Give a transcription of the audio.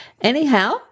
anyhow